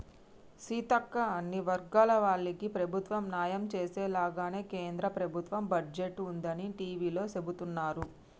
సీతక్క అన్ని వర్గాల వాళ్లకి ప్రభుత్వం న్యాయం చేసేలాగానే కేంద్ర ప్రభుత్వ బడ్జెట్ ఉందని టివీలో సెబుతున్నారు